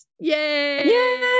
yay